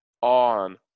on